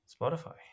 Spotify